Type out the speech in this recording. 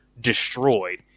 destroyed